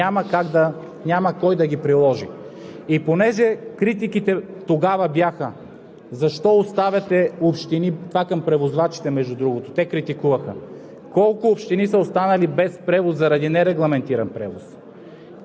което да не прикрива престъпленията, което да не налага наказания. Ако това нещо го няма, каквито и текстове да приемаме тук, няма кой да ги приложи. Понеже критиките тогава бяха: